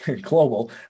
global